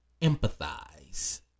empathize